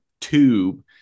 tube